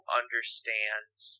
understands